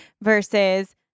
versus